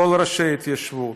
כל ראשי ההתיישבות,